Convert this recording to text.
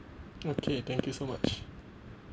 okay thank you so much